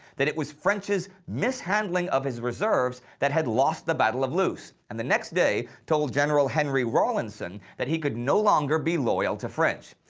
that it was french's mishandling of his reserves that had lost the battle of loos, and the next day told general henry rawlinson, that he could no longer be loyal to french.